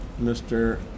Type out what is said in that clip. Mr